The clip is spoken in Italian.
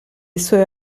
sue